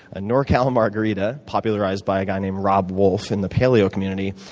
a norcal margarita, popularized by a guy named robb wolf in the paleo community,